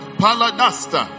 paladasta